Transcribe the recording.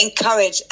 encourage